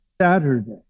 Saturday